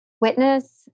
witness